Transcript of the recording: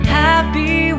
happy